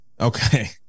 Okay